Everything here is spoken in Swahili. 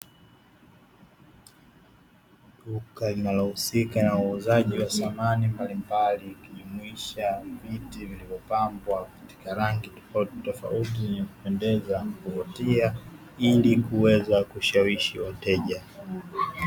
Duka linalohusika na uuzaji wa samani mbalimbali ikijumuisha viti vilivyopambwa katika rangi tofautitofauti zenye kupendeza na kuvutia, ili kuweza kushawishi wateja.